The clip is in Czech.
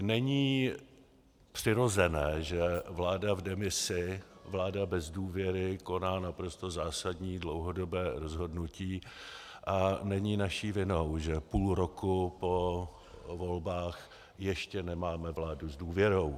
Není přirozené, že vláda v demisi, vláda bez důvěry koná naprosto zásadní dlouhodobé rozhodnutí, a není naší vinou, že půl roku po volbách ještě nemáme vládu s důvěrou.